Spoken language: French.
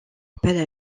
appel